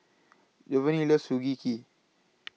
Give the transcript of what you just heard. Jovany loves Sugee Cake